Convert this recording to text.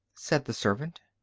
said the servant.